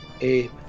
eight